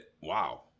Wow